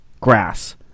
grass